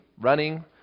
running